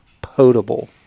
potable